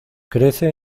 crece